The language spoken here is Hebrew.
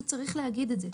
פשוט צריך להגיד את זה,